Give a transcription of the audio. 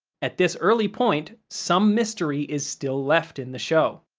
at this early point, some mystery is still left in the show.